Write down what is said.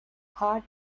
hard